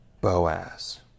Boaz